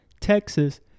Texas